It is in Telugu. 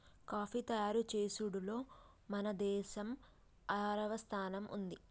కాఫీ తయారు చేసుడులో మన దేసం ఆరవ స్థానంలో ఉంది